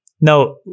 No